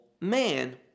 man